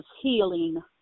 healing